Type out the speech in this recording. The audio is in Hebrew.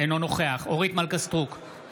אינו נוכח אורית מלכה סטרוק,